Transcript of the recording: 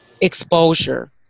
exposure